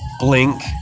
blink